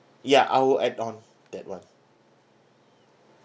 ya I will add on that one